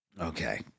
Okay